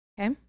Okay